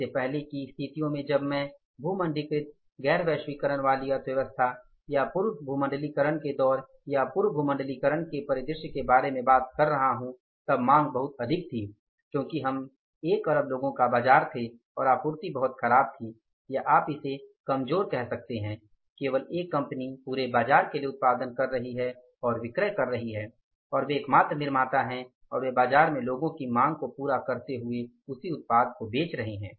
इससे पहले की स्थितियों में जब मैं भूमंडलीकृत गैर वैश्वीकरण वाली अर्थव्यवस्था या पूर्व भूमंडलीकरण के दौर या पूर्व भूमंडलीकरण के परिदृश्य के बारे में बात कर रहा हूँ तब मांग बहुत अधिक थी क्योंकि हम 1 अरब लोगों का बाजार थे और आपूर्ति बहुत खराब थी या आप इसे कमज़ोर कह सकते हैं केवल एक कंपनी पूरे बाज़ार के लिए उत्पादन कर रही है और विक्रय कर रही है और वे एकमात्र निर्माता हैं और वे बाज़ार में लोगों की माँग को पूरा करते हुए उसी उत्पाद को बेच रहे हैं